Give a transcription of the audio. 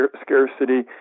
scarcity